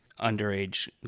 underage